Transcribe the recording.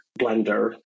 blender